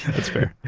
that's fair